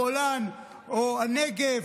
הגולן או הנגב,